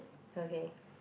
okay